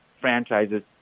franchises